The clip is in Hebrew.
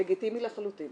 לגיטימי לחלוטין,